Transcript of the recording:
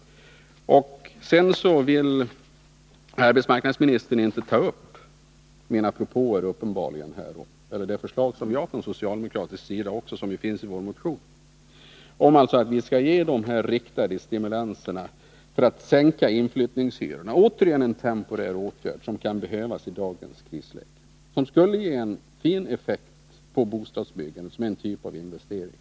Arbetsmarknadsministern vill uppenbarligen inte ta upp mina propåer och de förslag som finns i vår motion om att vi skall ge dessa riktade stimulanser för att sänka inflyttningshyrorna. Det är återigen en temporär åtgärd som kan behövas i dagens krisläge. Det skulle ge en fin effekt på bostadsbyggandet som en typ av investeringar.